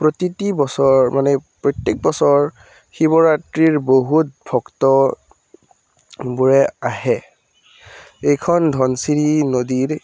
প্ৰতিতি বছৰ মানে প্ৰত্যেক বছৰ শিৱৰাত্ৰিৰ বহুত ভক্তবোৰে আহে এইখন ধনশিৰি নদীৰ